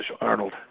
Arnold